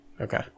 Okay